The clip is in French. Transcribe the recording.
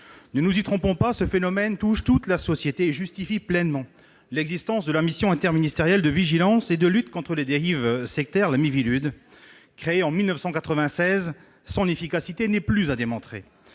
Ne nous y trompons pas : ce phénomène touche toute la société et justifie pleinement l'existence de la mission interministérielle de vigilance et de lutte contre les dérives sectaires, la Miviludes, créée en 1996 sous une première forme. Son efficacité n'est plus à démontrer.